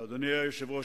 אדוני היושב-ראש,